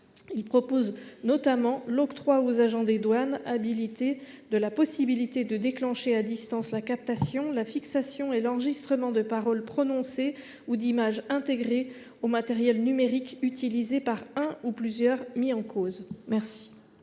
pour objet d’octroyer aux agents des douanes habilités la possibilité de déclencher à distance la captation, la fixation et l’enregistrement de paroles prononcées ou d’images intégrées aux matériels numériques utilisés par un ou plusieurs mis en cause. La